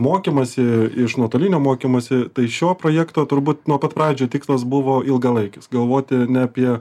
mokymąsi iš nuotolinio mokymosi tai šio projekto turbūt nuo pat pradžių tikslas buvo ilgalaikis galvoti ne apie